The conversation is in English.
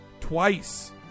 Twice